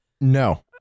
No